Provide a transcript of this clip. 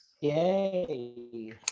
Yay